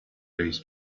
رییس